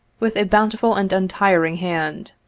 with a bountiful and untiring hand.